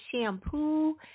shampoo